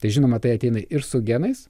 tai žinoma tai ateina ir su genais